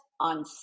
on